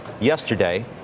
Yesterday